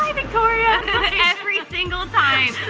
victoria! yeah every single time.